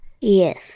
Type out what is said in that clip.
Yes